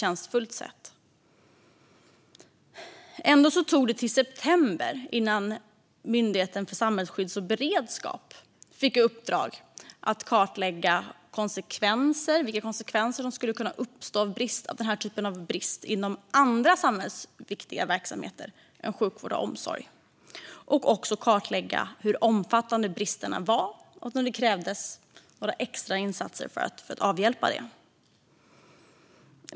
Ändå tog det till september innan Myndigheten för samhällsskydd och beredskap fick i uppdrag att kartlägga vilka konsekvenser som skulle kunna uppstå på grund av den här typen av brist inom andra samhällsviktiga verksamheter än sjukvård och omsorg. Myndigheten skulle också kartlägga hur omfattande bristerna var och om det krävdes några extra insatser för att avhjälpa dem.